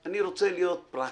אני רוצה להיות פרקטי.